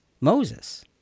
Moses